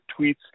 tweets